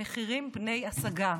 במחירים בני השגה.